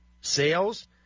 sales